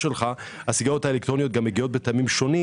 הסיגריות האלקטרוניות מגיעות בטעמים שונים